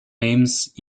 names